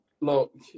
look